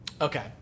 Okay